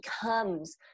becomes